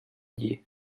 lli